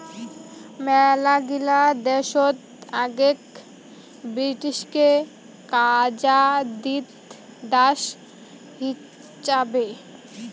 মেলাগিলা দেশত আগেক ব্রিটিশকে কাজা দিত দাস হিচাবে